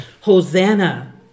Hosanna